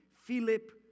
Philip